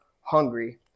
hungry